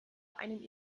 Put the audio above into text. einen